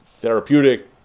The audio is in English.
therapeutic